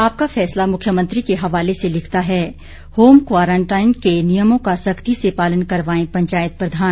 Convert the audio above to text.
आपका फैसला मुख्यमंत्री के हवाले से लिखता है होम क्वारंटाइन के नियमों का सख्ती से पालन करवाएं पंचायत प्रधान